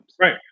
Right